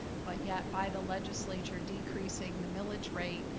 but yet by the legislature decreasing the millage rate,